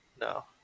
no